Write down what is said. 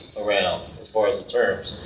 around, as far as the terms.